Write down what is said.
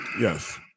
Yes